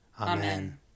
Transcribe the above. Amen